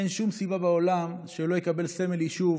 אין שום סיבה בעולם שהוא לא יקבל סמל יישוב